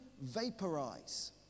vaporize